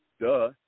duh